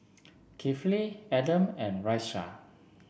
Kifli Adam and Raisya